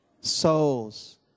Souls